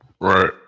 Right